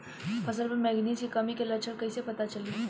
फसल पर मैगनीज के कमी के लक्षण कईसे पता चली?